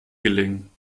gelingen